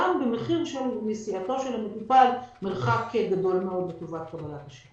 גם במחיר נסיעתו של המטופל מרחק גדול מאוד לטובת קבלת השירות.